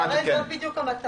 אבל הרי זו בדיוק המטרה.